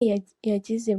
yageze